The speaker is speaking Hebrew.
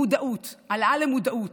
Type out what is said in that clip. מודעות, העלאה למודעות,